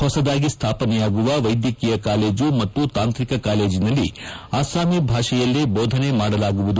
ಹೊಸದಾಗಿ ಸ್ಥಾಪನೆಯಾಗುವ ವೈದ್ಯಕೀಯ ಕಾಲೇಜು ಮತ್ತು ತಾಂತ್ರಿಕ ಕಾಲೇಜಿನಲ್ಲಿ ಅಸ್ಸಾಮಿ ಭಾಷೆಯಲ್ಲೇ ಭೋದನೆ ಮಾಡಲಾಗುವುದು